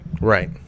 Right